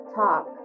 talk